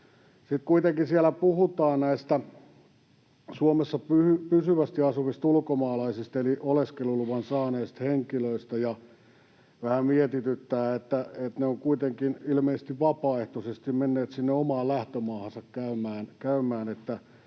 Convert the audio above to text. kuitenkin siellä puhutaan näistä Suomessa pysyvästi asuvista ulkomaalaisista eli oleskeluluvan saaneista henkilöistä. Vähän mietityttää, että he ovat kuitenkin ilmeisesti vapaaehtoisesti menneet sinne omaan lähtömaahansa käymään.